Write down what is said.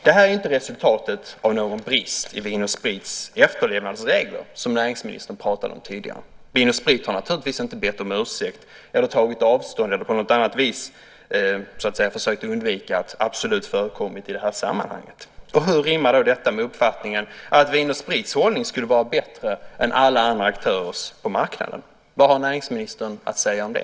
Det här är inte resultatet av någon brist i Vin & Sprits efterlevnad av regler, som näringsministern talade om tidigare. Vin & Sprit har naturligtvis inte bett om ursäkt, tagit avstånd eller på något annat vis försökt undvika att Absolut förekommit i det här sammanhanget. Hur rimmar detta med uppfattningen att Vin & Sprits hållning skulle vara bättre än alla andra aktörers på marknaden? Vad har näringsministern att säga om det?